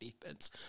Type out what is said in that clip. defense